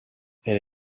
elle